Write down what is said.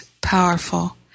powerful